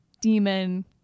demon